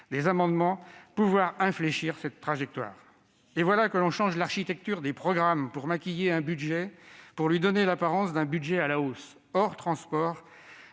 des amendements, pouvoir infléchir cette trajectoire. Et voilà que l'on change l'architecture des programmes pour maquiller un budget et lui donner l'apparence d'un budget à la hausse ! Hors transports,